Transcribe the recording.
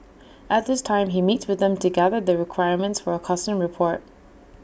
at this time he meets with them to gather the requirements for A custom report